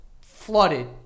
flooded